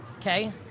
Okay